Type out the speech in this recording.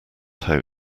how